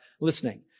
listening